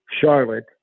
Charlotte